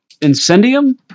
Incendium